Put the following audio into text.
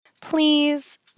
Please